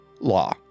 law